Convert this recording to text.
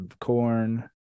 Corn